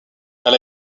elle